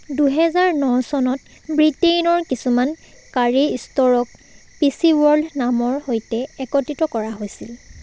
দুহেজাৰ ন চনত ব্ৰিটেইনৰ কিছুমান কাৰি ষ্ট'ৰক পি চি ৱৰ্ল্ড নামৰ সৈতে একত্ৰিত কৰা হৈছিল